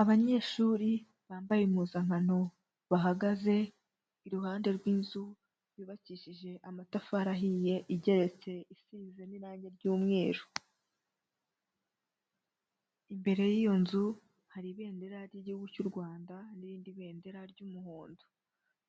Abanyeshuri bambaye impuzankano bahagaze iruhande rw'inzu yubakishije amatafari ahiye igeretse isize n'irangi ry'umweru. Imbere y'iyo nzu hari ibendera ry'Igihugu cy'u Rwanda, n'irindi bendera ry'umuhondo